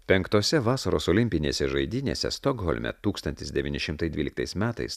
penktose vasaros olimpinėse žaidynėse stokholme tūkstantis devyni šimtai dvyliktais metais